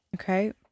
okay